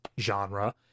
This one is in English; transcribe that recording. genre